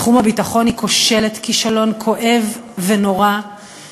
בתחום הביטחון היא כושלת כישלון כואב ונורא,